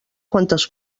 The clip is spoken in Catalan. quantes